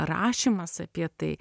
rašymas apie tai